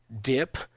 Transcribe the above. dip –